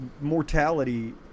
mortality